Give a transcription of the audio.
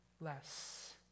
less